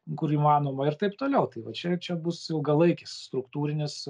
kur įmanoma ir taip toliau tai va čia čia bus ilgalaikis struktūrinis